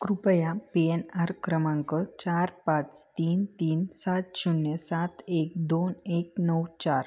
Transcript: कृपया P N R क्रमांक चार पाच तीन तीन सात शून्य सात एक दोन एक नऊ चार